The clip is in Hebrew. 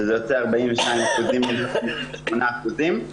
שזה יוצא 42% ו-58%.